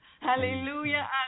Hallelujah